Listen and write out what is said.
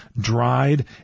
dried